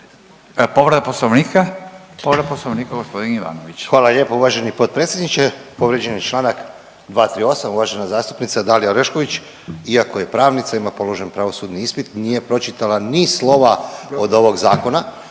Hvala lijepo uvaženi potpredsjedniče. Povrijeđen je čl. 238. uvažena zastupnica Dalija Orešković iako je pravnica ima položen pravosudni ispit nije pročitala ni slova od ovog zakona